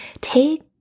take